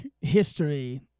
history